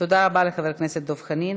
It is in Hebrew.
תודה רבה לחבר הכנסת דב חנין.